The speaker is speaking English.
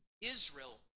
Israel